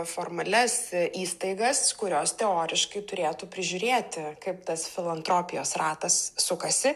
formalias įstaigas kurios teoriškai turėtų prižiūrėti kaip tas filantropijos ratas sukasi